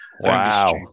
Wow